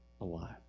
alive